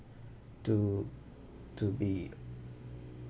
to to be